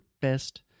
best